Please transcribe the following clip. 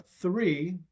three